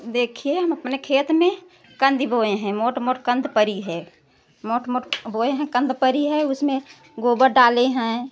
देखिए हम अपने खेत में कंद बोये हैं मोट मोट कंदपरी है मोट मोट बोये हैं कंद परी है उसमे गोबर डाले हैं